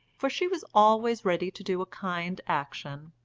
for she was always ready to do a kind action,